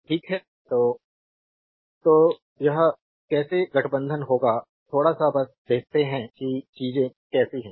ठीक है तो तो यह कैसे गठबंधन होगा थोड़ा सा बस देखते है कि चीजें कैसे हैं